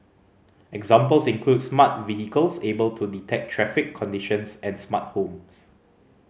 examples include smart vehicles able to detect traffic conditions and smart homes